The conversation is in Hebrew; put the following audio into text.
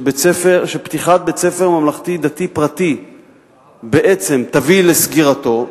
ופתיחת בית-ספר ממלכתי-דתי פרטי בעצם תביא לסגירתו,